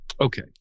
okay